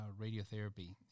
radiotherapy